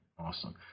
Awesome